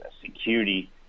security